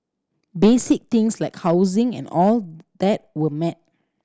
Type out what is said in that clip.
basic things like housing and all that were met